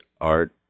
art